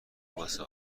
واسه